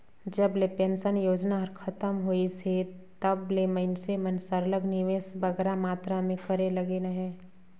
जब ले पेंसन योजना हर खतम होइस हे तब ले मइनसे मन सरलग निवेस बगरा मातरा में करे लगिन अहे